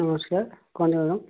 ନମସ୍କାର କୁହନ୍ତୁ ମ୍ୟାଡ଼ାମ୍